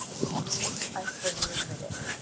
indeed, i fully admit it.